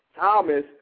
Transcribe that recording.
Thomas